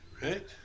Right